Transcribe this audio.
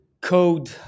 code